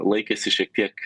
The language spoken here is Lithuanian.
laikėsi šiek tiek